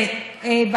לאה,